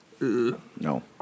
No